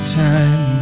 time